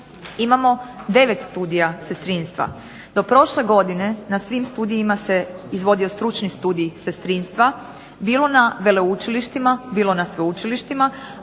Imamo 9 studija sestrinstva. Do prošle godine na svim studijima se izvodio stručni studij sestrinstva, bilo na veleučilištima, bilo na sveučilištima,